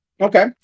Okay